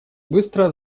быстро